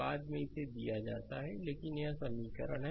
बाद में इसे दिया जाता है लेकिन यह एक समीकरण है